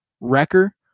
Wrecker